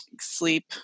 sleep